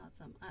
awesome